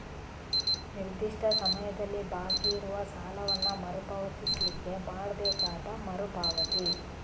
ನಿರ್ದಿಷ್ಟ ಸಮಯದಲ್ಲಿ ಬಾಕಿ ಇರುವ ಸಾಲವನ್ನ ಮರು ಪಾವತಿಸ್ಲಿಕ್ಕೆ ಮಾಡ್ಬೇಕಾದ ಮರು ಪಾವತಿ